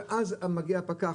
ואז מגיע הפקח.